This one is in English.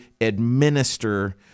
administer